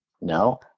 no